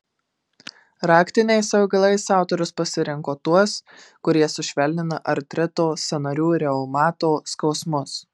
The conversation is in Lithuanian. raktiniais augalais autorius pasirinko tuos kurie sušvelnina artrito sąnarių reumato skausmus